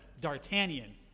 D'Artagnan